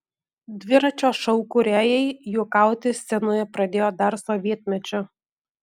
dviračio šou kūrėjai juokauti scenoje pradėjo dar sovietmečiu